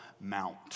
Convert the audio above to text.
mount